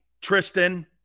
Tristan